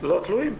לא תלויים.